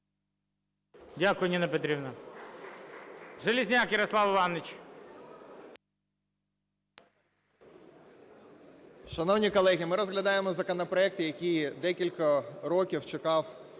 Дякую, Ніна Петрівна. Железняк Ярослав Іванович.